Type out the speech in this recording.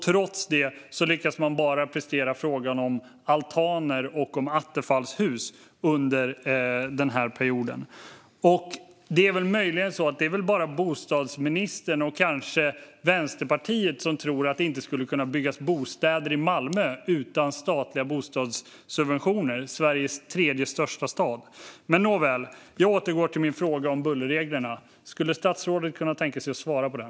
Trots det lyckas man bara prestera i fråga om altaner och attefallshus under denna period. Det är möjligen så att det är bara bostadsministern och kanske Vänsterpartiet som tror att det inte skulle kunna byggas bostäder i Malmö utan statliga bostadssubventioner - i Sveriges tredje största stad. Jag återgår till min fråga om bullerreglerna. Skulle statsrådet kunna tänka sig att svara på den?